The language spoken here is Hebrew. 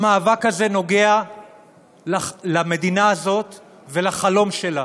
המאבק הזה נוגע למדינה הזאת ולחלום שלה,